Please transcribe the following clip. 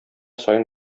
саен